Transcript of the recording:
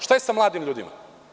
Šta je sa mladim ljudima?